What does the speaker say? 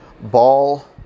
Ball